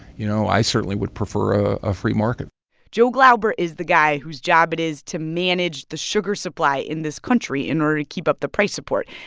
you know, i certainly would prefer a ah free market joe glauber is the guy whose job it is to manage the sugar supply in this country in order to keep up the price support.